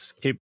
keep